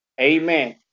amen